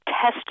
Test